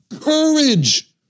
courage